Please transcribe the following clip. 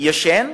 ישן.